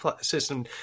system